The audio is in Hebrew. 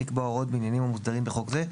לקבוע הוראות בעניינים המוסדרים בחוק זה,